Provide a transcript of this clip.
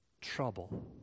trouble